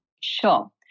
Sure